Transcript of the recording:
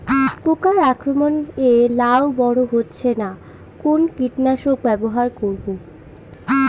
পোকার আক্রমণ এ লাউ বড় হচ্ছে না কোন কীটনাশক ব্যবহার করব?